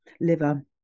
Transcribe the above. liver